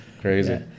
crazy